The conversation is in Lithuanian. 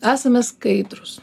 esame skaidrūs